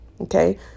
okay